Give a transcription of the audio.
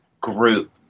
group